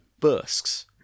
bursts